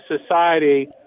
society